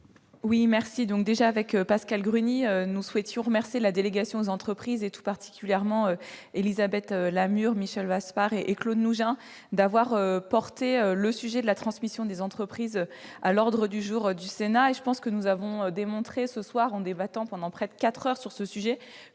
à Mme le rapporteur. Pascale Gruny et moi-même souhaitons remercier la délégation aux entreprises, particulièrement Élisabeth Lamure, Michel Vaspart et Claude Nougein, d'avoir porté le sujet de la transmission des entreprises à l'ordre du jour du Sénat. Je pense que nous avons démontré aujourd'hui en débattant pendant près de quatre heures sur ce sujet